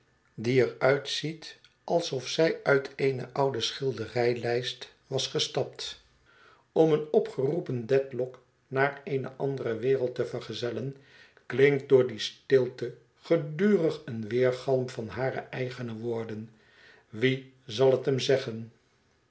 die er uitziet alsof zy uit eene oude schilderijlijst was gestapt om een opgeroepen dedlock naar eene andere wereld te vergezellen klinkt door die stilte gedurig een weergalm van hare eigene woorden wie zal het hem zeggen